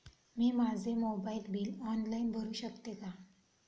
मी माझे mobile bill online भरू शकते का?